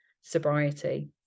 sobriety